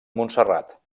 montserrat